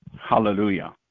Hallelujah